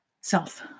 self